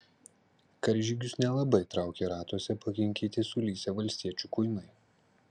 karžygius nelabai traukė ratuose pakinkyti sulysę valstiečių kuinai